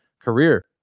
career